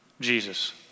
Jesus